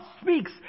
speaks